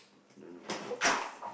I don't know